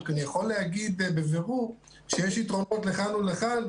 אני יכול להגיד בבירור שיש יתרונות לכאן ולכאן.